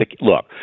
Look